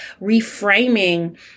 reframing